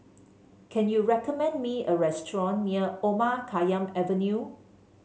can you recommend me a restaurant near Omar Khayyam Avenue